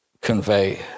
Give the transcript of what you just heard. convey